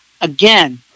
Again